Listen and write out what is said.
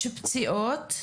יש פציעות,